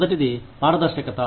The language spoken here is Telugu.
మొదటిది పారదర్శకత